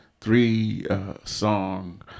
three-song